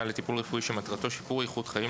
לטיפול רפואי שמטרתו שיפור איכות חיים,